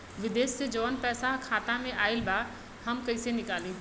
विदेश से जवन पैसा खाता में आईल बा हम कईसे निकाली?